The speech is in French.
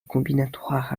combinatoire